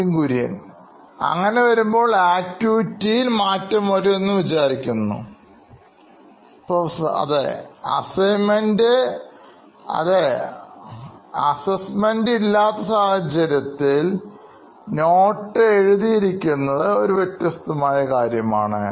Nithin Kurian COO Knoin Electronics അങ്ങനെ വരുമ്പോൾ ആക്ടിവിറ്റിയിൽ മാറ്റം വരും എന്ന് വിചാരിക്കുന്നു Professor അതെ അസൈമെൻറ്ഇല്ലാത്ത സാഹചര്യത്തിൽ നോട്സ് എഴുതിയിരിക്കുന്നത് ഒരു വ്യത്യസ്തമായ കാര്യമാണ്